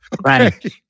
Right